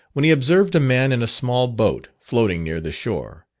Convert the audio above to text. when he observed a man in a small boat, floating near the shore,